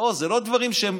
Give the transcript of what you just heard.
אלה לא דברים שהם